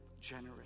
generous